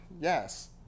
Yes